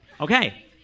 Okay